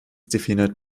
definiert